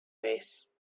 face